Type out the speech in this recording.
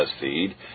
feed